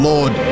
Lord